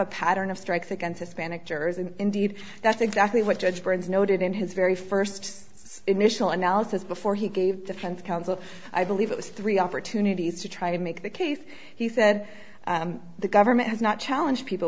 a pattern of strikes against hispanics jurors and indeed that's exactly what judge barnes noted in his very first initial analysis before he gave defense counsel i believe it was three opportunities to try to make the case he said the government has not challenge people